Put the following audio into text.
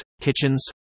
kitchens